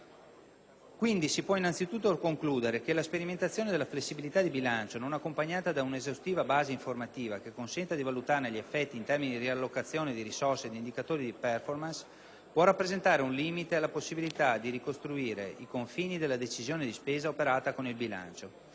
Quindi, si può innanzi tutto concludere che la sperimentazione della flessibilità di bilancio, non accompagnata da un'esaustiva base informativa che consenta di valutarne gli effetti in termini di riallocazione di risorse e di indicatori di *performance*, può rappresentare un limite alla possibilità di ricostruire i confini della decisione di spesa operata con il bilancio.